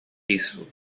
isso